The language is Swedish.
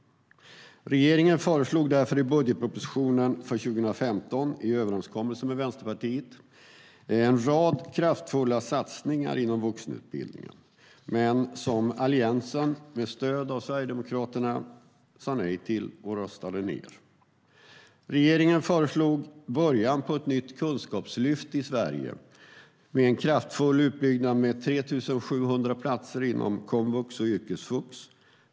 Regeringen föreslog därför i budgetpropositionen för 2015 i överenskommelse med Vänsterpartiet en rad kraftfulla satsningar inom vuxenutbildningen, som dock Alliansen med stöd av Sverigedemokraterna sa nej till och röstade ned. Regeringen föreslog början på ett nytt kunskapslyft i Sverige med en kraftfull utbyggnad av komvux och yrkesvux med 3 700 platser.